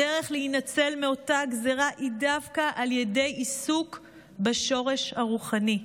הדרך להינצל מאותה גזרה היא דווקא על ידי עיסוק בשורש הרוחני.